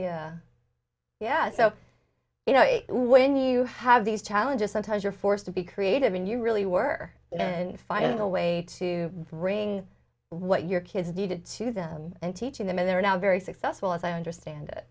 be yes so you know when you have these challenges sometimes you're forced to be creative and you really were and find a way to bring what your kids needed to them and teaching them and they're now very successful as i understand